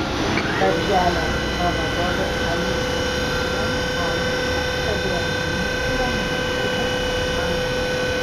darželio aušra vadovė alytė juškienė aiškino kad renginys buvo numatytas iš anksto